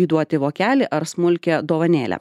įduoti vokelį ar smulkią dovanėlę